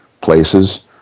places